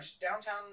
downtown